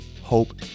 hope